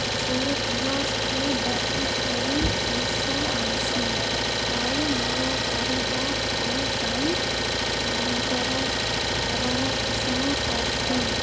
ସେ ଗୁୁରସ୍କେ ବିକି କରି ପଏସା ଆନସିଁ ଆଉ ମୋର୍ ପରିବାର୍ ଆଉ ଗାଈମାନଙ୍କର ଭରଣପୋଷଣ କର୍ସିଁ